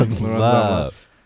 love